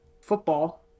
football